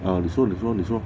啊你说你说你说